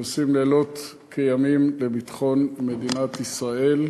שעושים לילות כימים למען ביטחון מדינת ישראל.